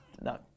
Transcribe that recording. No